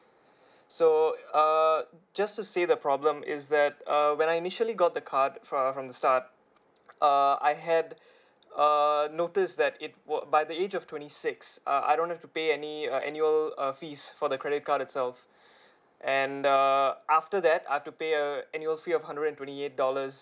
so uh just to say the problem is that err when I initially got the card fr~ from the start uh I had err noticed that it w~ by the age of twenty six uh I don't have to pay any uh annual uh fees for the credit card itself and uh after that I have to pay err annual fee of hundred and twenty eight dollars